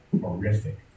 horrific